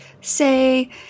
say